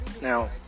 Now